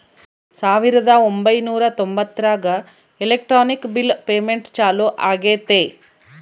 ಸಾವಿರದ ಒಂಬೈನೂರ ತೊಂಬತ್ತರಾಗ ಎಲೆಕ್ಟ್ರಾನಿಕ್ ಬಿಲ್ ಪೇಮೆಂಟ್ ಚಾಲೂ ಆಗೈತೆ